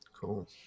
Cool